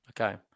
Okay